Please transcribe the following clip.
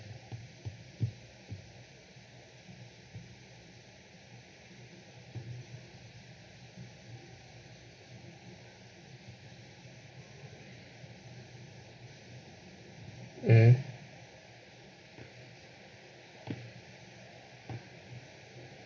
mmhmm